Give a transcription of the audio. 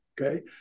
Okay